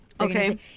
Okay